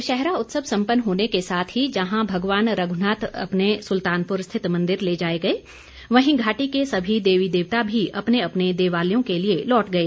दशहरा उत्सव सपंन्न होने के साथ ही जहां भगवान रघ्नाथ अपने सुल्तानपुर स्थित मंदिर ले जाएग गए वहीं घाटी के सभी देवी देवता भी अपने अपने देवालयों के लिए लौट गए